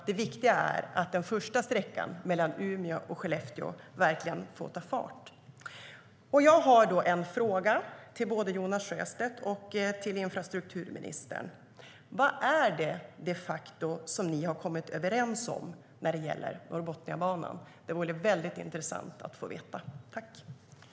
Det viktiga är att den första sträckan mellan Umeå och Skellefteå verkligen får ta fart.